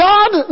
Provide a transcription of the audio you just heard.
God